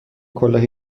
کلاه